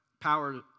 power